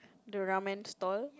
the ramen stall